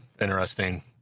interesting